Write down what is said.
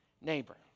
neighbor